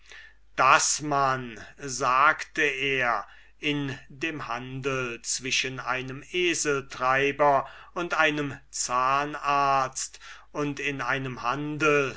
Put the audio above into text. daß man sagte er in dem handel zwischen einem eseltreiber und einem zahnarzt und in einem handel